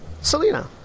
Selena